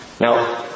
Now